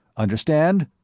understand?